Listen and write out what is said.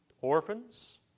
orphans